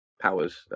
powers